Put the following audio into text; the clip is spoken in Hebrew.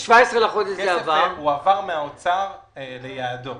הכסף הועבר מהאוצר ליעדו,